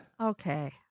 Okay